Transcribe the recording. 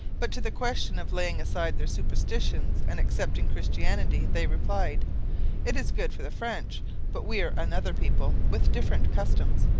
but to the question of laying aside their superstitions and accepting christianity they replied it is good for the french but we are another people, with different customs